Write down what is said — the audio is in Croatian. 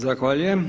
Zahvaljujem.